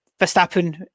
Verstappen